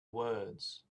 words